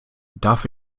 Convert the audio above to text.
darf